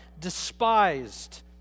despised